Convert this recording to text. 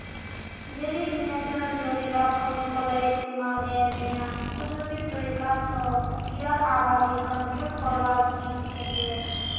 जैविक नियंत्रण जहरीला केमिकलेर इस्तमालेर बिना कुदरती तरीका स कीड़ार आबादी कंट्रोल करवार चीज छिके